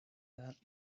that